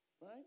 Right